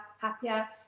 happier